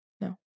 No